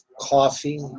coffee